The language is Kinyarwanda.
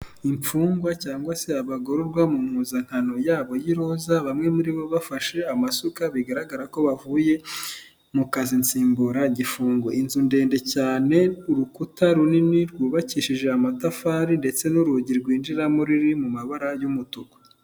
Imfungwa cyangwa se abagororwa mu mpuzankano yabo y'iroza, bamwe muri bo bafashe amasuka bigaragara ko bavuye mu kazi nsimburagifungo. Inzu ndende cyane, urukuta runini rwubakishije amatafari ndetse n'urugi rwinjiramo ruri mu mabara y'umutuku.